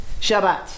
Shabbat